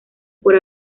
por